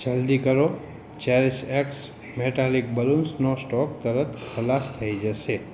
જલ્દી કરો Cherish X metallic બલૂન્સનો સ્ટૉક તરત ખલાસ થઇ જશે